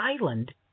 island